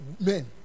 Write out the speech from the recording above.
men